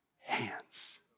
hands